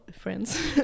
friends